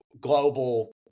global